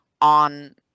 on